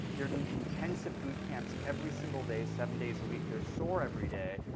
they're doing intensive boot camps every single day, seven days a week. they're sore every day.